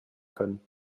können